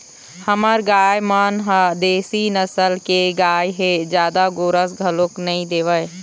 हमर गाय मन ह देशी नसल के गाय हे जादा गोरस घलोक नइ देवय